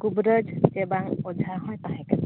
ᱠᱚᱵᱽᱨᱟᱡᱽ ᱥᱮ ᱵᱟᱝ ᱚᱡᱷᱟ ᱦᱚᱸᱭ ᱛᱟᱦᱮᱸ ᱠᱟᱱᱟ